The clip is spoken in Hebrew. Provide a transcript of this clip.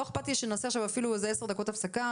איכפת לי שנעשה עכשיו אפילו איזה עשר דקות הפסקה,